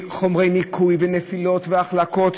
מחומרי ניקוי ונפילות והחלקות,